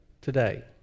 today